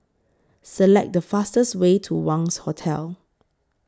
Select The fastest Way to Wangz Hotel